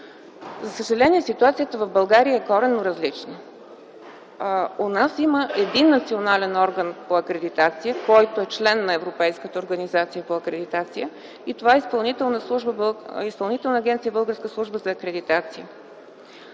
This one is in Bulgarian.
За съжаление, ситуацията в България е коренно различна. У нас има един национален орган по акредитация, който е член на Европейската организация за акредитация и това е Изпълнителната агенция „Българска служба за акредитация”.